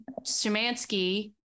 Sumansky